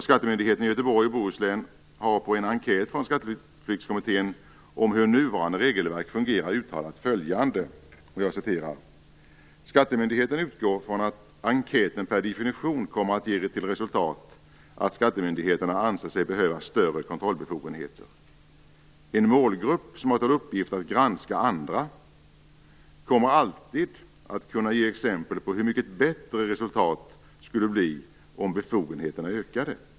Skattemyndigheten i Göteborgs och Bohuslän har i en enkät från Skatteflyktskommittén om hur nuvarande regelverket fungerar uttalat följande: "Skattemyndigheten utgår från att enkäten per definition kommer att ge till resultat att skattemyndigheterna anser sig behöva större kontrollbefogenheter. En målgrupp som har till uppgift att granska andra kommer alltid att kunna ge exempel på hur mycket bättre resultat skulle bli om befogenheterna ökade.